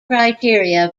criteria